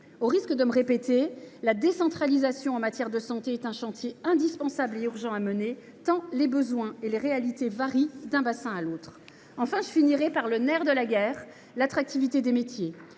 Au risque de me répéter, la décentralisation en matière de santé est un chantier indispensable et urgent à mener, tant les besoins et les réalités varient d’un bassin de vie à l’autre. Je conclus sur le nerf de la guerre, l’attractivité des métiers.